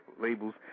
labels